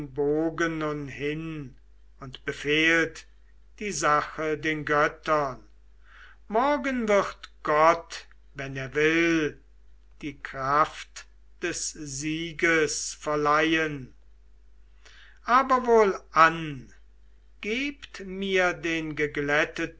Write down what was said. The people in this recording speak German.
hin und befehlt die sache den göttern morgen wird gott wem er will die kraft des sieges verleihen aber wohlan gebt mir den geglätteten